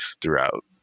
throughout